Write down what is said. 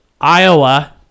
Iowa